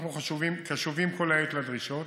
אנחנו קשובים כל העת לדרישות